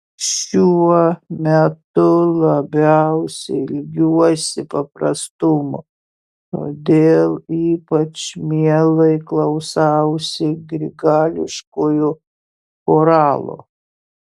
šiuo metu labiausiai ilgiuosi paprastumo todėl ypač mielai klausausi grigališkojo choralo